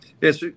Yes